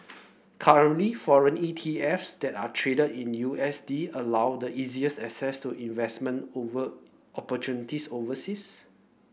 currently foreign E T F S that are traded in U S D allow the easiest access to investment over opportunities overseas